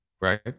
right